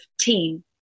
team